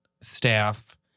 staff